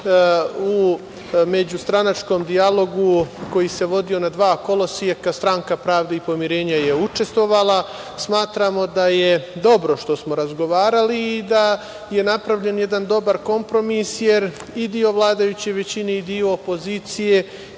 međustranačkom dijalogu koji se vodio na dva koloseka, stranka Pravde i pomirenja je učestvovala. Smatramo da je dobro što smo razgovarali i da je napravljen jedan dobar kompromis jer i deo vladajuće većine i deo opozicije